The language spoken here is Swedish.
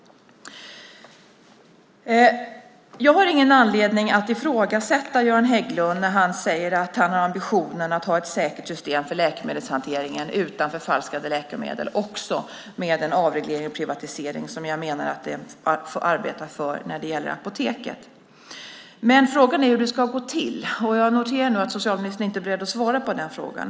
Jag har ingen anledning att ifrågasätta Göran Hägglund när han säger att han har ambitionen att ha ett säkert system för läkemedelshantering utan förfalskade läkemedel också med den avreglering och privatisering som jag menar att man arbetar för när det gäller Apoteket. Men frågan är hur det ska gå till. Jag noterar nu att socialministern inte är beredd att svara på den frågan.